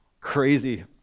crazy